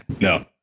No